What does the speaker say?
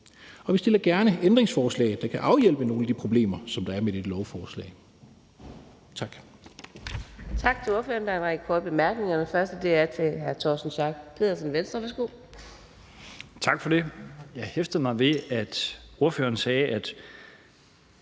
Vi stiller gerne ændringsforslag, der kan afhjælpe nogle af de problemer, som der er med dette lovforslag.